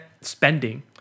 spending